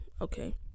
okay